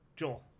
Joel